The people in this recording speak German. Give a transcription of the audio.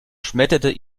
schmetterte